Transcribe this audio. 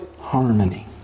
harmony